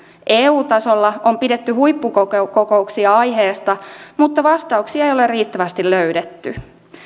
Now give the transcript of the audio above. eu tasolla on pidetty huippukokouksia aiheesta mutta vastauksia ei ole riittävästi löydetty